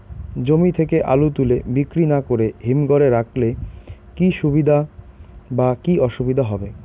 জমি থেকে আলু তুলে বিক্রি না করে হিমঘরে রাখলে কী সুবিধা বা কী অসুবিধা হবে?